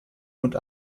und